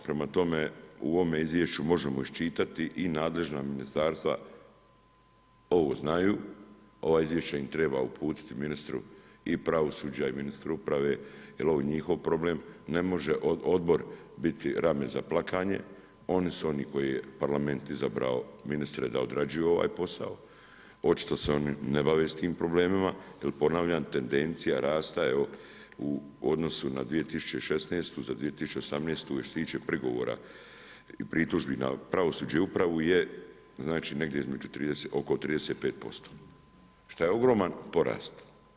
Prema tome, u ovom izvješću možemo iščitati i nadležna ministarstva ovo znaju, ovo izvješće treba uputiti i ministru pravosuđa i ministru uprave jer ovo je njihov problem, ne može odbor biti rame za plakanje, oni su oni koje je Parlament izbrao ministre da odrađuju ovaj posao, očito se oni ne bave s tim problemima jer ponavljam, tendencija rasta u odnosu na 2016. za 2018. što se tiče prigovora i pritužbi na pravosuđe i upravu je znači negdje oko 35% šta je ogroman porast.